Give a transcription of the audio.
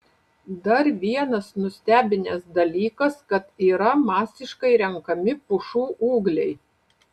dar vienas nustebinęs dalykas kad yra masiškai renkami pušų ūgliai